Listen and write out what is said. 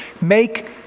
Make